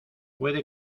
puede